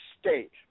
State